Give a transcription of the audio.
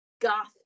goth